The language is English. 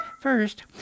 First